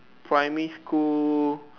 primary school